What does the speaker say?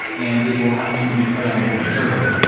and it will have to replay on a different server.